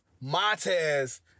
Montez